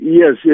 yes